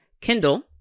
Kindle